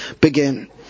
begin